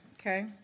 okay